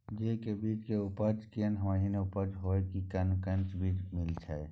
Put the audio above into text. जेय के बीज के उपज कोन महीना उपज होय छै कैहन कैहन बीज मिलय छै?